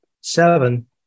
seven